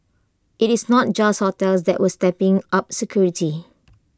IT is not just hotels that are stepping up security